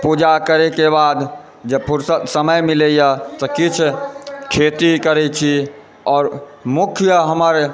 पुजा करयके बाद जे फ़ुरसत समय मिलयए तऽ किछु खेती करैत छी आओर मुख्य हमर